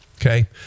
okay